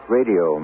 Radio